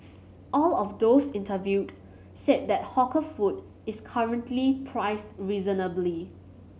all of those interviewed said that hawker food is currently priced reasonably